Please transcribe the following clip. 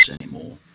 anymore